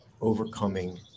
Overcoming